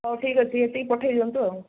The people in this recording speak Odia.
ହଉ ଠିକ୍ ଅଛି ସେତିକି ପଠାଇ ଦିଅନ୍ତୁ ଆଉ